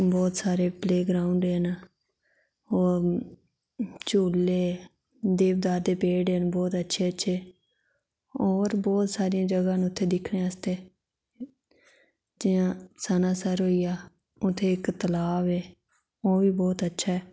बहुत सारे प्लेग्राऊंड न होर झूले देवदार दे पेड़ न बहुत अच्छे अच्छे होर बहुत सारियां जगह न उत्थै दिक्खने आस्तै जि'यां सनासर होइया उत्थै इक्क तालाब ऐ ओह्बी बहुत अच्छा ऐ